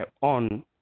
on